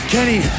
Kenny